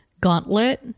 gauntlet